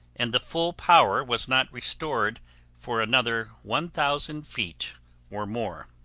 and the full power was not restored for another one thousand feet or more.